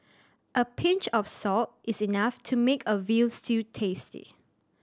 a pinch of salt is enough to make a veal stew tasty